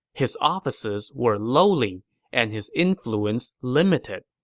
his offices were lowly and his influence limited,